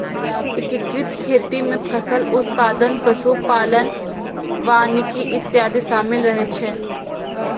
एकीकृत खेती मे फसल उत्पादन, पशु पालन, वानिकी इत्यादि शामिल रहै छै